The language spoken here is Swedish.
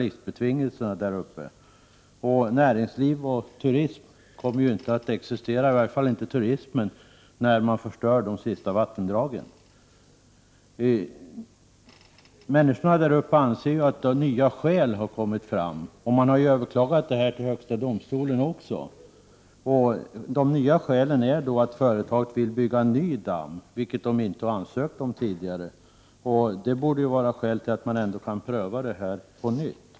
Något näringsliv eller någon turism kommer inte att kunna existera i området — framför allt inte turismen — om de sista vattendragen i Härjedalen förstörs. Människorna där uppe anser att nya skäl har tillkommit. Man har dessutom överklagat ärendet till högsta domstolen. Man åberopar nämligen att företaget i fråga vill bygga en ny damm, vilket man tidigare inte har ansökt om att få göra. Således borde det finnas skäl att pröva frågan på nytt.